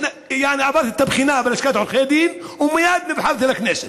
עברתי את הבחינה בלשכת עורכי הדין ומייד נבחרתי לכנסת,